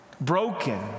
Broken